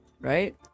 right